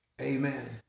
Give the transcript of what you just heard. Amen